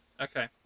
Okay